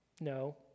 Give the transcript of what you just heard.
No